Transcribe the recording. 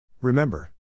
Remember